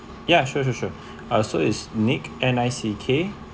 ya sure sure sure also is nick N I C K